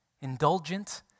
Indulgent